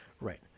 Right